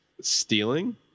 stealing